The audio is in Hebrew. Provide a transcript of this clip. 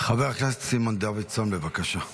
חבר הכנסת סימון דוידסון, בבקשה.